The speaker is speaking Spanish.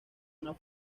una